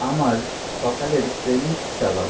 আমার সকালের playlist চালাও